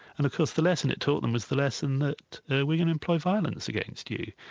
and of course the lesson it taught them was the lesson that we're going to employ violence against you,